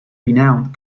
renowned